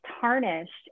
tarnished